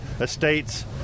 estates